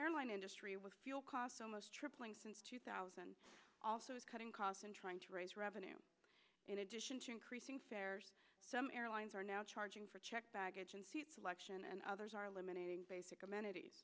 airline industry with fuel costs almost tripling since two thousand also is cutting costs and trying to raise revenue in addition to increasing fares some airlines are now charging for checked baggage and seat selection and others are limiting basic amenities